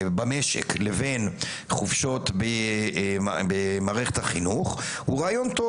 במשק לבין החופשות במערכת החינוך הוא רעיון טוב.